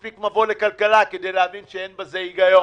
מספיק ללמוד מבוא לכלכלה כדי להבין שאין בזה היגיון.